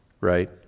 right